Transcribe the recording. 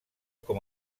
com